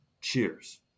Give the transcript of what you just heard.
Cheers